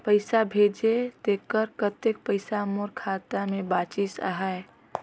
पइसा भेजे तेकर कतेक पइसा मोर खाता मे बाचिस आहाय?